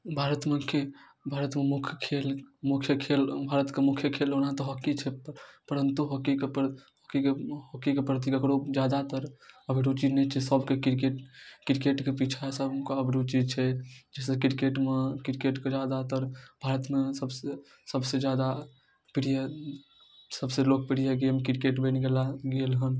भारतमे खे भारतमे मुख्य खेल मुख्य खेल भारतके मुख्य खेल ओना तऽ हॉकी छै परन्तु हॉकीके प्रति हॉक हॉकीके हॉकीके प्रति ककरो जादातर अभिरुचि नहि छै सबके क्रिकेट क्रिकेटके पिछा सबके अभिरुचि छै जाहिसँ क्रिकेटमे क्रिकेटके जादातर भारतमे सबसँ सबसे जादा प्रिय सबसँ लोकप्रिय गेम क्रिकेट बनि गेला गेल हन